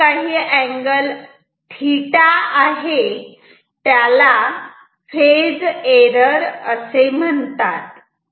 जो काही अँगल θ आहे त्याला फेज एरर असे म्हणतात